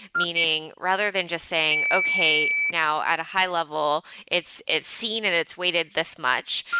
meaning, rather than just saying, okay. now, at a high-level, it's it's seen and it's waited this much.